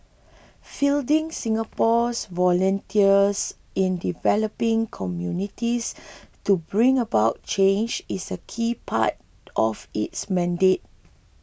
fielding Singapore's volunteers in developing communities to bring about change is a key part of its mandate